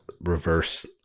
reverse